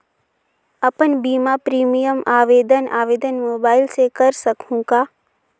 अपन बीमा प्रीमियम आवेदन आवेदन मोबाइल से कर सकहुं का?